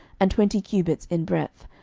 and twenty cubits in breadth,